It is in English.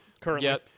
Currently